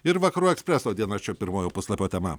ir vakarų ekspreso dienraščio pirmojo puslapio tema